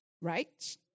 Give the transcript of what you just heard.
right